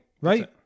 right